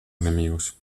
enemigos